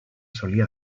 solía